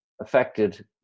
affected